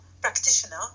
practitioner